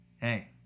hey